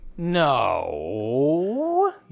No